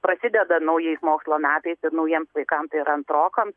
prasideda naujais mokslo metais ir naujiems vaikam tai yra antrokam